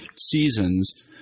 seasons –